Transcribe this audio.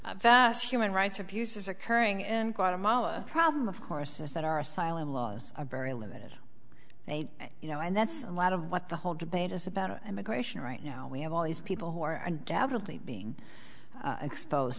a vast human rights abuses occurring in guatemala problem of course is that our asylum laws are very limited you know and that's a lot of what the whole debate is about immigration right now we have all these people who are